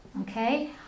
Okay